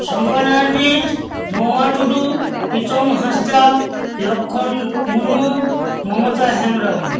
Shankar Narayan Bit Mahua Tudu Pritam Hansda Lakshman Murmu Mamata Hembram